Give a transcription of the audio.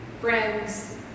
Friends